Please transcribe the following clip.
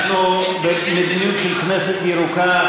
אנחנו במדיניות של "כנסת ירוקה",